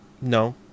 No